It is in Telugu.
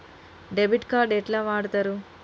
డెబిట్ కార్డు ఎట్లా వాడుతరు?